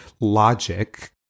logic